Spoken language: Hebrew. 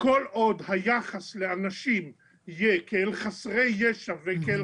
כל עוד היחס לאנשים יהיה כאל חסרי ישע וכאל